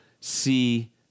see